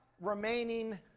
remaining